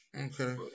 Okay